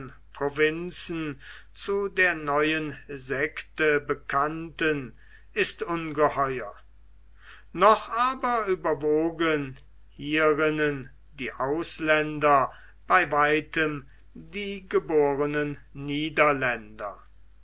provinzen zu der neuen sekte bekannten ist ungeheuer noch aber überwogen hierinnen die ausländer bei weitem die gebornen niederländer